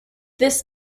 this